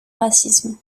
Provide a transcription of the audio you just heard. racisme